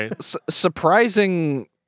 Surprising